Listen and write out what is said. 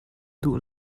duh